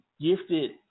gifted